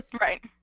right